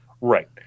Right